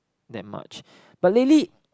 that much but lately